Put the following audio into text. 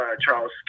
Charles